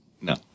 No